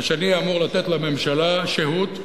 ושאני אהיה אמור לתת לממשלה שהות,